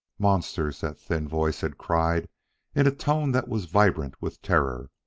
monsters! that thin voice had cried in a tone that was vibrant with terror.